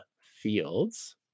fields